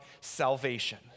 salvation